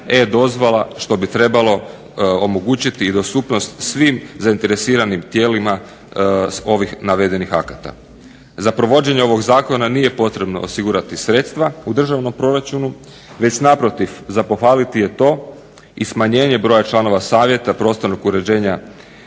e-dozvola što bi trebalo omogućiti i dostupnost svim zainteresiranim tijelima ovih navedenih akata. Za provođenje ovog zakona nije potrebno osigurati sredstva u državnom proračunu već naprotiv za pohvaliti je to i smanjenje broja članova Savjeta prostornog uređenja